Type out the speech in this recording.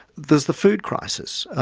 there's the food crisis.